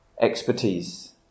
expertise